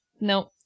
Nope